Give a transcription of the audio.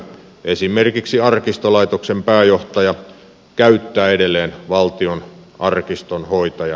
esimerkiksi arkistolaitoksen pääjohtaja käyttää edelleen valtionarkistonhoitajan arvonimeä